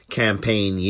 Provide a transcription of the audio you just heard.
campaign